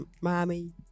mommy